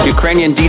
Ukrainian